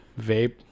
vape